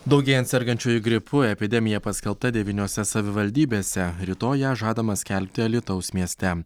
daugėjant sergančiųjų gripu epidemija paskelbta devyniose savivaldybėse rytoj ją žadama skelbti alytaus mieste